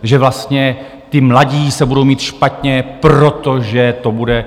Že vlastně ti mladí se budou mít špatně, protože to bude...